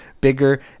bigger